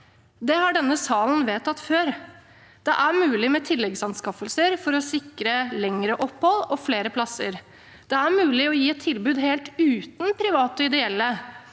Det har denne salen vedtatt før. Det er mulig med tilleggsanskaffelser for å sikre lengre opphold og flere plasser. Det er mulig å gi et tilbud helt uten private og ideelle,